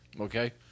okay